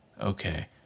Okay